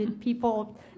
people